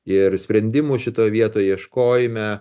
ir sprendimų šitoj vietoj ieškojime